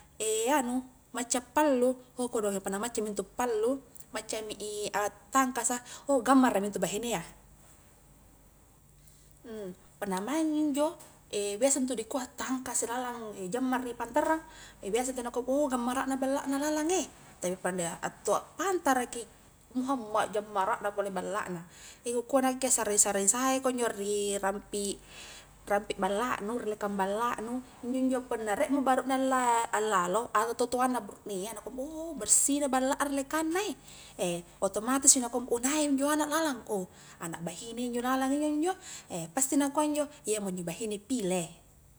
anu macca pallu, ho kodonge punna maccami ntu pallu, macca mi i a tangkasa, oh gammarami intu bahinea, punna maingmi injo biasa intu dikua tangkasai lalang jammarai pantarang, biasa ntu nakua oh gammarana ballana lalang eh, tapi pandai attoa pantarakki muhamma, jammara na ole balla na, he ku kua nakke sare-sare saiko njo ri rampi, rampi balla nu, ri lekang balla nu, injo njo punna nie mo barune la allalo atau to toanna buru nea na kua boo bersihna balla rilekangna eh, eh otomatis injo nakua ngkua naimo njo anak lalang, oh anak bahine njo lalanga injo njo, eh pasti nakua njo iyamo inne bahine pile.